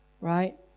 right